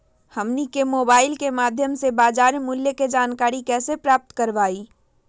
हमनी के मोबाइल के माध्यम से बाजार मूल्य के जानकारी कैसे प्राप्त करवाई?